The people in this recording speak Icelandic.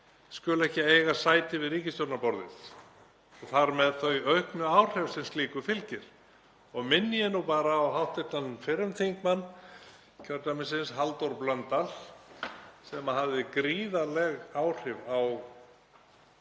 skuli ekki eiga sæti við ríkisstjórnarborðið og hafa þar með þau auknu áhrif sem slíku fylgir? Minni ég nú bara á hv. fyrrum þingmann kjördæmisins, Halldór Blöndal, sem hafði gríðarleg áhrif á